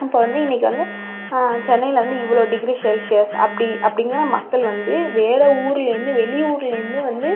இப்போ வந்து இன்றைக்கி வந்து சென்னையில் வந்து இவ்வளோ டிகிரி செல்ஷியஸ் அப்படி அப்படிங்கிற மக்கள் வந்து வேறு ஊர்லேருந்து வெளியூர்லேருந்து வந்து